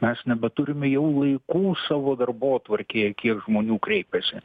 mes nebeturime jau laikų savo darbotvarkėje kiek žmonių kreipiasi